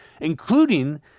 including